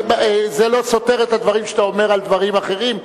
זה לא סותר את הדברים שאתה אומר על דברים אחרים,